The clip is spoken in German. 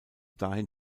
dahin